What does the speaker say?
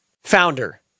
founder